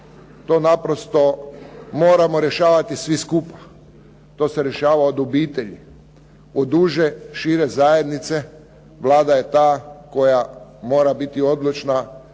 To naprosto moramo rješavati svi skupa. To se rješava od obitelji, od uže, šire zajednice. Vlada je ta koja mora biti odlučna